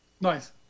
Nice